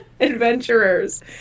adventurers